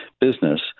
business